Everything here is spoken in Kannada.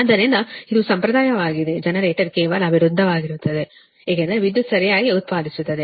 ಆದ್ದರಿಂದ ಇದು ಸಂಪ್ರದಾಯವಾಗಿದೆ ಜನರೇಟರ್ ಕೇವಲ ವಿರುದ್ಧವಾಗಿರುತ್ತದೆ ಏಕೆಂದರೆ ವಿದ್ಯುತ್ ಸರಿಯಾಗಿ ಉತ್ಪಾದಿಸುತ್ತದೆ